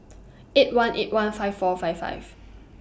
eight one eight one five four five five